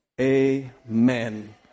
Amen